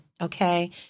Okay